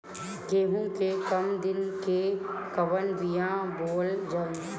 गेहूं के कम दिन के कवन बीआ बोअल जाई?